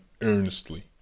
earnestly